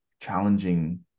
challenging